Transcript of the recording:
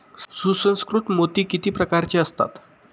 सुसंस्कृत मोती किती प्रकारचे असतात?